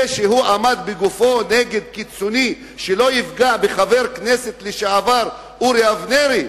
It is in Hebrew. זה שהוא עמד בגופו נגד קיצוני שלא יפגע בחבר הכנסת לשעבר אורי אבנרי,